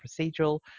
procedural